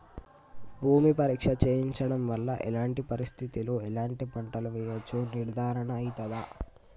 భూమి పరీక్ష చేయించడం వల్ల ఎలాంటి పరిస్థితిలో ఎలాంటి పంటలు వేయచ్చో నిర్ధారణ అయితదా?